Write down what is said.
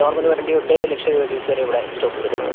normal വണ്ടി തൊട്ട് luxury vehicles വരെ ഇവിടെ സ്റ്റോക്ക് ഉണ്ട് സാർ